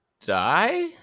die